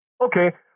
Okay